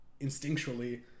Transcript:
instinctually